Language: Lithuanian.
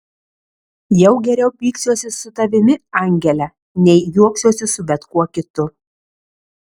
jau geriau pyksiuosi su tavimi angele nei juoksiuosi su bet kuo kitu